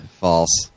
false